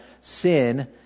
sin